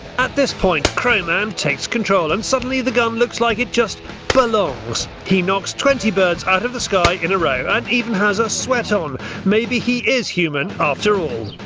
at this point, crowman takes control and suddenly the gun looks like it just belongs. he knocks twenty birds out of the sky in a row and even has a sweat on maybe he is human after all.